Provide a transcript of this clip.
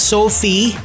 Sophie